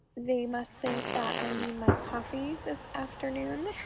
they must think that i need my coffee this afternoon.